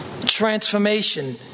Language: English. transformation